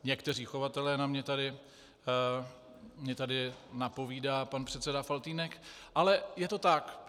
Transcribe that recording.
Někteří chovatelé tady na mě mně tady napovídá pan předseda Faltýnek, ale je to tak.